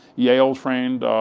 yale-trained,